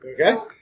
Okay